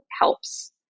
helps